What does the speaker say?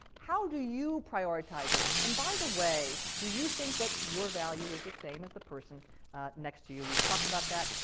how do you prioritize this, and by the way, do you think that your value is the same as the person next to you? we've talked about that,